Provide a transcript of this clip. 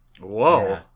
Whoa